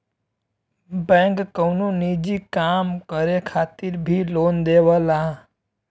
bank कउनो निजी काम करे खातिर भी लोन देवला